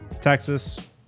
Texas